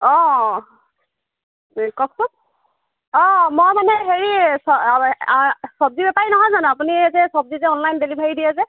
অঁ কওকচোন অঁ মই মানে হেৰি চব্জি বেপাৰী নহয় জানো আপুনি যে চব্জি যে অনলাইন ডেলিভাৰী দিয়ে যে